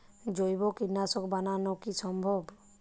জৈব কীটনাশক বানানো কি সম্ভব?